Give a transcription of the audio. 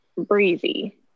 breezy